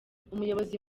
umuyobozi